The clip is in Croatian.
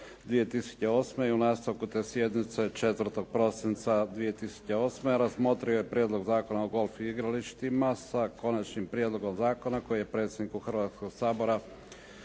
2008. i u nastavku te sjednice 4. prosinca 2008. razmotrio je Prijedlog zakona o golf igralištima, s Konačnim prijedlogom zakona koji je predsjedniku Hrvatskoga sabora